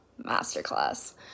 masterclass